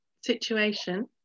situation